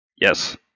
Yes